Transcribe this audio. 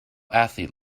athlete